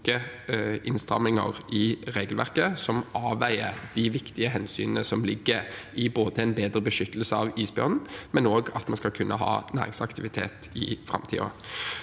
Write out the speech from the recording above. kloke innstramminger i regelverket, som avveier de viktige hensynene som ligger i både en bedre beskyttelse av isbjørnen, og at vi skal kunne ha næringsaktivitet i framtiden.